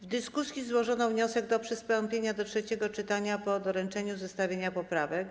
W dyskusji zgłoszono wniosek o przystąpienie do trzeciego czytania po doręczeniu zestawienia poprawek.